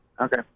Okay